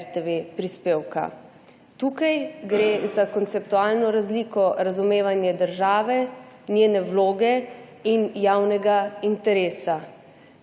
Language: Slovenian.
prispevka RTV. Tukaj gre za konceptualno razliko razumevanja države, njene vloge in javnega interesa.